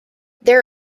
there